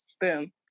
Boom